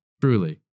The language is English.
Truly